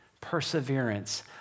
perseverance